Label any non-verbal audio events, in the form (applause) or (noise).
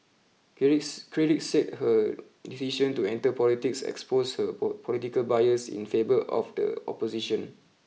(unintelligible) critics said her decision to enter politics exposed her (unintelligible) political bias in favour of the opposition